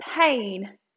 pain